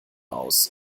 aus